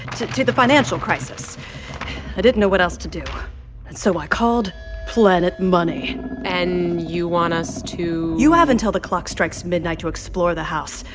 to to the financial crisis. i didn't know what else to do. and so i called planet money and you want us to. you have until the clock strikes midnight to explore the house.